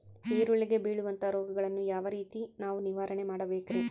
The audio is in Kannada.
ಈರುಳ್ಳಿಗೆ ಬೇಳುವಂತಹ ರೋಗಗಳನ್ನು ಯಾವ ರೇತಿ ನಾವು ನಿವಾರಣೆ ಮಾಡಬೇಕ್ರಿ?